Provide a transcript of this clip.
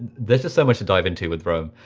there's just so much to dive into with roam.